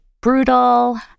brutal